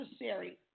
necessary